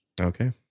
Okay